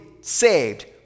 saved